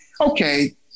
okay